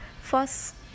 first